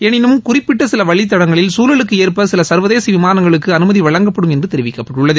எனினும் குறிப்பிட்ட சில வழித்தடங்களில் சூழலுக்கு ஏற்ப சில சர்வதேச விமானங்களுக்கு அனுமதி வழங்கப்படும் என்று தெரிவிக்கப்பட்டுள்ளது